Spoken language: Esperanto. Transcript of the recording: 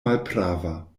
malprava